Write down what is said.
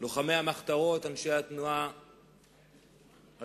לוחמי המחתרות, אנשי התנועה הלאומית,